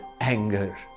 anger